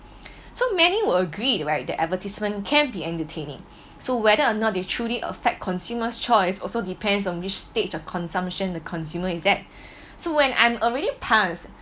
so many will agreed right the advertisement can be entertaining so whether or not they truly affect consumers' choice also depends on which stage of consumption the consumer is at so when I'm already pass